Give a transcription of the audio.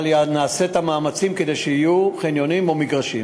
אבל נעשה את המאמצים כדי שיהיו חניונים או מגרשים.